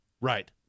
Right